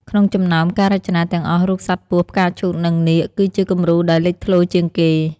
ក្នុងចំណោមការរចនាទាំងអស់ រូបសត្វពស់ ផ្កាឈូក និងនាគ គឺជាគំរូដែលលេចធ្លោជាងគេ។